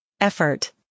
effort